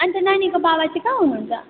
अन्त नानीको बाबा चाहिँ कहाँ हुनुहुन्छ